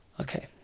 okay